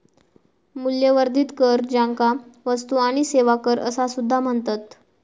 मूल्यवर्धित कर, ज्याका वस्तू आणि सेवा कर असा सुद्धा म्हणतत